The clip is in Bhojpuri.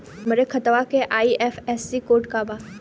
हमरे खतवा के आई.एफ.एस.सी कोड का बा?